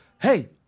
Hey